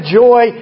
joy